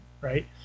Right